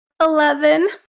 Eleven